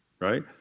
right